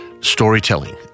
storytelling